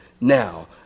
Now